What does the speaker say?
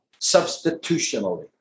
substitutionally